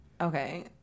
okay